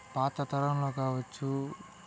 పాతతరంలో కావచ్చు